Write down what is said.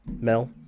Mel